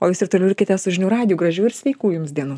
o jūs ir toliau likite su žinių radiju gražių ir sveikų jums dienų